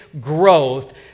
growth